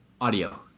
audio